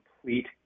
complete